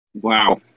Wow